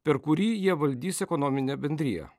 per kurį jie valdys ekonominę bendriją